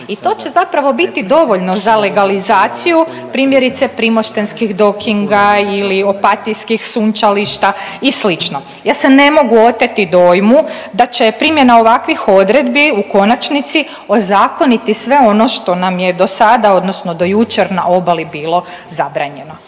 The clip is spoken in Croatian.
i to će zapravo biti dovoljno za legalizaciju primjerice primoštenskih dokinga ili opatijskih sunčališta i slično. Ja se ne mogu oteti dojmu da će primjena ovakvih odredbi u konačnici ozakoniti sve ono što nam je do sada, odnosno do jučer na obali bilo zabranjeno.